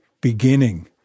beginning